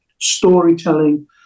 storytelling